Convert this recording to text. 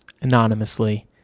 anonymously